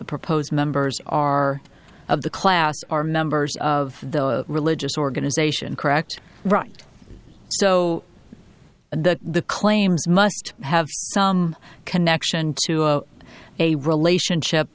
the proposed members are of the class are members of the religious organization correct right so and that the claims must have some connection to a a relationship